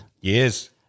Yes